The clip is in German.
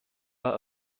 war